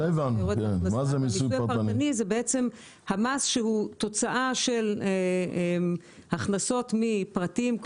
מיסוי פרטני זה בעצם המס שהוא תוצאה של הכנסות מפרטיים.